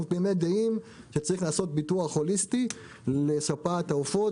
תמימי דעים שצריך לעשות ביטוח הוליסטי לשפעת העופות